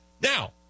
Now